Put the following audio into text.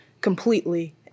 completely